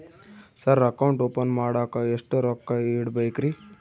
Sir account open ಮಾಡಾಕ ಎಷ್ಟು ರೊಕ್ಕ ಇಡಬೇಕ್ರಿ?